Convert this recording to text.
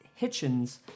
Hitchens